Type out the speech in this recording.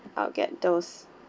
I'll get those sure